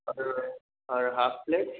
और और half plate